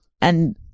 And-